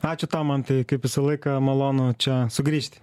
ačiū tau mantai kaip visą laiką malonu čia sugrįžti